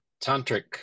tantric